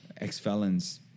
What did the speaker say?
ex-felons